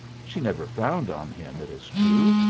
she never frowned on him, it is true,